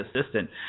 assistant